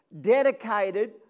dedicated